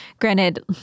Granted